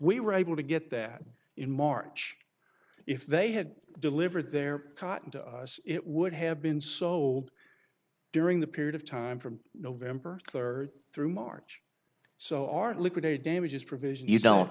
we were able to get that in march if they had delivered their cotton to us it would have been sold during the period of time from november third through march so our liquidated damages provision you don't